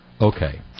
Okay